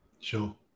Sure